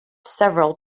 several